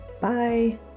bye